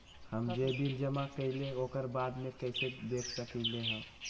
हम जे बिल जमा करईले ओकरा बाद में कैसे देख सकलि ह?